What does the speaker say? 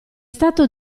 stato